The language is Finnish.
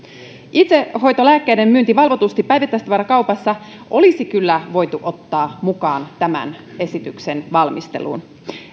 itsehoitolääkkeiden myynti valvotusti päivittäistavarakaupassa olisi kyllä voitu ottaa mukaan tämän esityksen valmisteluun